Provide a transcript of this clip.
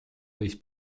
võis